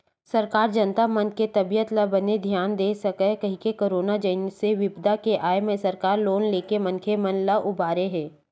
सरकार जनता मन के तबीयत ल बने धियान दे सकय कहिके करोनो जइसन बिपदा के आय म सरकार लोन लेके मनखे मन ल उबारे हे